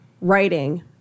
writing